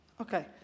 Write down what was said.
Okay